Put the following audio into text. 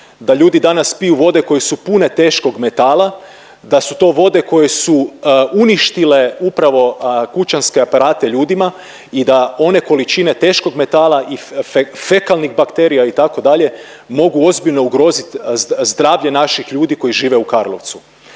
da ljudi danas piju vode koje su pune teškog metala, da su to vode koje su uništile upravo kućanske aparate ljudima i da one količine teškog metala i fekalnih bakterija itd. mogu ozbiljno ugrozit zdravlje naših ljudi koji žive u Karlovcu.